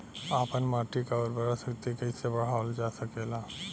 आपन माटी क उर्वरा शक्ति कइसे बढ़ावल जा सकेला?